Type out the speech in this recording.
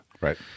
Right